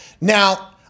Now